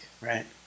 right